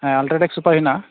ᱦᱮᱸ UltraTech super ᱦᱮᱱᱟᱜᱼᱟ